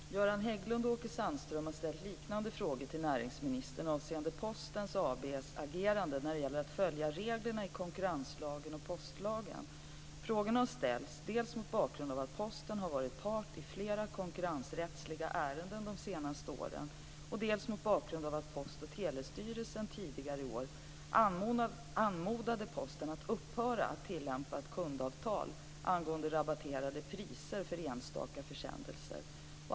Fru talman! Göran Hägglund och Åke Sandström har ställt liknande frågor till näringsministern avseende Posten AB:s agerande när det gäller att följa reglerna i konkurrenslagen och postlagen. Frågorna har ställts dels mot bakgrund av att Posten har varit part i flera konkurrensrättsliga ärenden de senaste åren, dels mot bakgrund av att Post och telestyrelsen tidigare i år anmodade Posten att upphöra att tillämpa ett kundavtal angående rabatterade priser för enstaka försändelser.